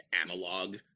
analog